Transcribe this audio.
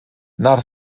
nach